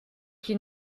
qui